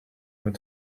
nous